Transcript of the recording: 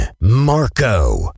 Marco